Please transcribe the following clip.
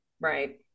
Right